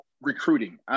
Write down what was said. recruiting